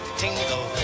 tingle